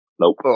Nope